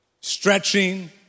stretching